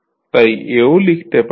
তাই এও লিখতে পারেন